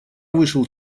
вышел